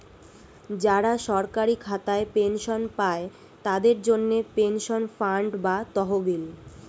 যারা সরকারি খাতায় পেনশন পায়, তাদের জন্যে পেনশন ফান্ড বা তহবিল